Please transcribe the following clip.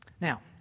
Now